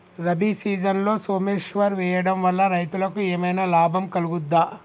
రబీ సీజన్లో సోమేశ్వర్ వేయడం వల్ల రైతులకు ఏమైనా లాభం కలుగుద్ద?